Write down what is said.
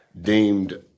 deemed